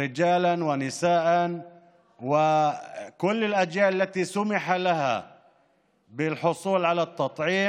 גברים ונשים בכל הגילים שהורשה להם לקבל חיסון,